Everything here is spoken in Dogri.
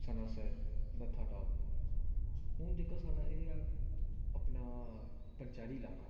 सर्नासर नथाटॉप हुन जेह्का साढ़ा एह् ऐ अपना पंचैरी इलाका